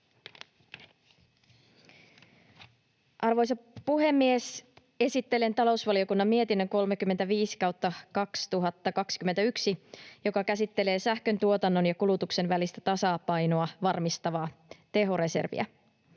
Arvoisa puhemies! Esittelen talousvaliokunnan mietinnön 35/2021, joka käsittelee sähköntuotannon ja ‑kulutuksen välistä tasapainoa varmistavaa tehoreserviä.